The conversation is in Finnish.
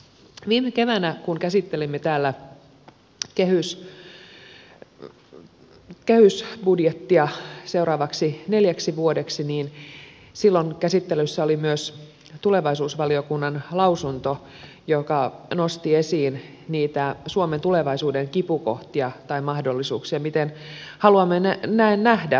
viime keväänä kun käsittelimme täällä kehysbudjettia seuraavaksi neljäksi vuodeksi käsittelyssä oli myös tulevaisuusvaliokunnan lausunto joka nosti esiin suomen tulevaisuuden kipukohtia tai mahdollisuuksia miten haluamme ne nähdä